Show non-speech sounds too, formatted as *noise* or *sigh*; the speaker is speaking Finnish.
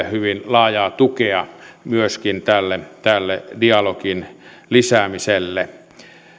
*unintelligible* hyvin laajaa tukea myöskin tälle tälle dialogin lisäämiselle